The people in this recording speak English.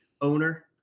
Owner